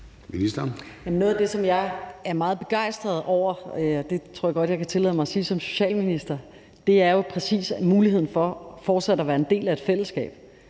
Noget af det, som jeg er meget begejstret over – det tror jeg godt jeg kan tillade mig at sige som socialminister – er jo præcis at sikre muligheden for fortsat at være en del af et fællesskab.